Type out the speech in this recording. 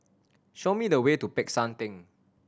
show me the way to Peck San Theng